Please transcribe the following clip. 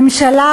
ממשלה,